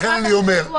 במשרד